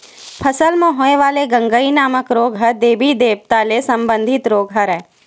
फसल म होय वाले गंगई नामक रोग ह देबी देवता ले संबंधित रोग हरय